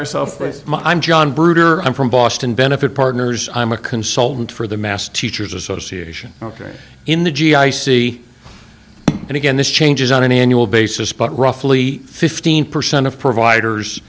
yourself i'm john birt i'm from boston benefit partners i'm a consultant for the mass teacher's association ok in the g i c and again this changes on an annual basis but roughly fifteen percent of providers